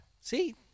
see